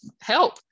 help